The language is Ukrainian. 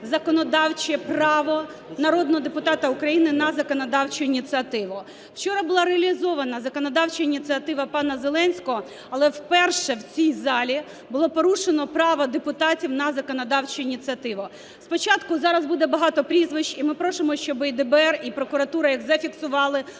законодавче право народного депутата України на законодавчу ініціативу. Вчора була реалізована законодавча ініціатива пана Зеленського, але вперше в цій залі, було порушено право депутатів на законодавчу ініціативу. Спочатку… Зараз буде багато прізвищ і ми просимо, щоб і ДБР, і прокуратура їх зафіксували,